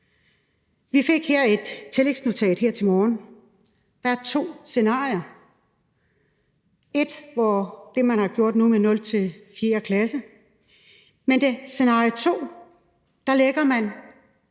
Vi fik et tillægsnotat her til morgen. Der er to scenarier. Et med det, man har gjort nu, med 0.-4. klasse, og det andet, scenarie 2, hvori man